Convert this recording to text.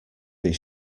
his